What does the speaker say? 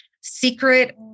secret